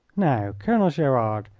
now, colonel gerard,